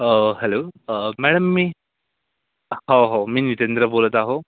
hello madam मी हो हो मी नीतेंद्र बोलत आहो